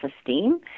esteem